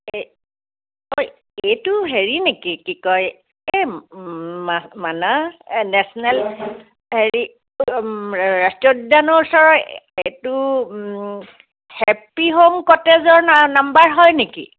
এই অই এইটো হেৰি নিকি কি কয় এই মা মানাহ নেশ্যনেল হেৰি ৰাষ্ট্ৰীয় উদ্যানৰ ওচৰৰ এইটো হেপী হোম কটেজৰ না নম্বৰ হয় নিকি